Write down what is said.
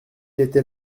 était